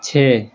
چھ